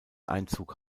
einzug